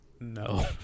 No